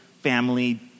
family